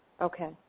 Okay